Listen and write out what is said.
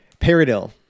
Paradil